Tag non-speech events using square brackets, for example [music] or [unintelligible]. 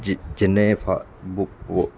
ਜ ਜਿੰਨੇ [unintelligible]